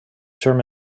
term